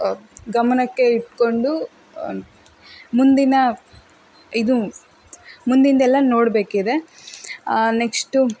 ಗಮನಕ್ಕೆ ಇಟ್ಟುಕೊಂಡು ಮುಂದಿನ ಇದು ಮುಂದಿನದ್ದೆಲ್ಲ ನೋಡಬೇಕಿದೆ ನೆಕ್ಷ್ಟು